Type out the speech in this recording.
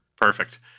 Perfect